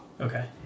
okay